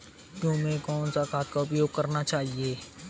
गेहूँ में कौन सा खाद का उपयोग करना चाहिए?